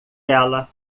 ela